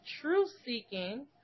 truth-seeking